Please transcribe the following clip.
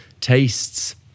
tastes